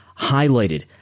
highlighted